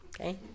okay